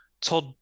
Todd